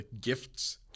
gifts